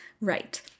right